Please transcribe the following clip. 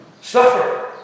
suffer